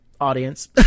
audience